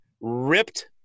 ripped